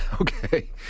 Okay